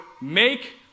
make